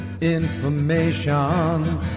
information